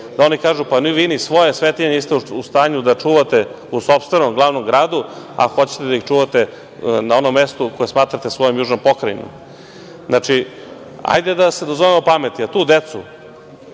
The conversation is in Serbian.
da oni kažu - pa, vi ni svoje svetinje niste u stanju da čuvate u sopstvenom glavnom gradu, a hoćete da ih čuvate na onom mestu koje smatrate svojom južnom pokrajinom. Hajde da se dozovemo pameti, da tu decu